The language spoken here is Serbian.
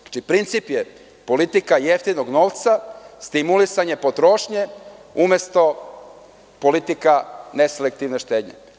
Znači, princip je politika jeftinog novca, stimulisanje potrošnje umesto politika neselektivne štednje.